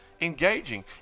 Engaging